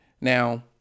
Now